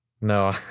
No